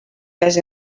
les